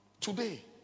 Today